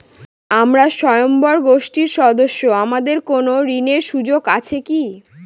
আমরা স্বয়ম্ভর গোষ্ঠীর সদস্য আমাদের কোন ঋণের সুযোগ আছে কি?